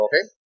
Okay